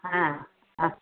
ಹಾಂ ಹಾಂ